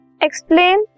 Explain